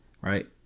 right